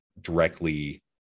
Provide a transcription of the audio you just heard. directly